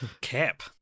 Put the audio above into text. cap